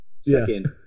Second